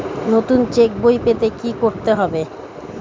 নতুন চেক বই পেতে কী করতে হবে?